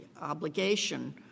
obligation